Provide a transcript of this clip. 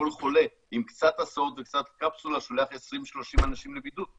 כל חולה עם קצת הסעות וקצת קפסולה שולח 20 30 אנשים לבידוד.